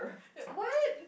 but what